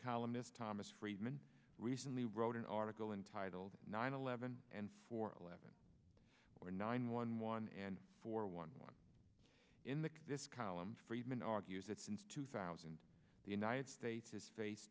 columnist thomas friedman recently wrote an article entitled nine eleven and four eleven or nine one one and four one one in the this column friedman argues that since two thousand the united states has face